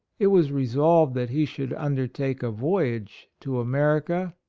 it was resolved that he should undertake a voyage to america,